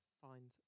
find